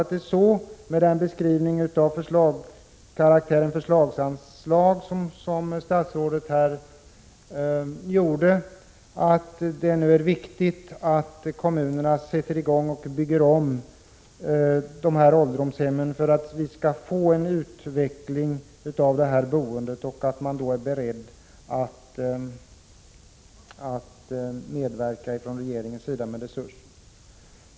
Den beskrivning av karaktären förslagsanslag som statsrådet här gjorde uppfattar jag så att det nu är viktigt att kommunerna sätter i gång att bygga om ålderdomshemmen, så att en utveckling av detta boende kommer till stånd och att regeringen är beredd att medverka med resurser.